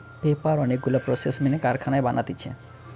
paper অনেক গুলা process মেনে কারখানায় বানাতিছে